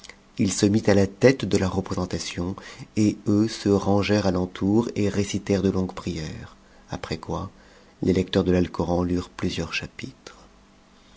il se mit à la tête de la représentation et eux se rangèrent à l'entour et récitèrent de longues prières après quoi les lec m's de l'alcoran lurent plusieurs chapitres